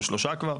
או שלוש כבר,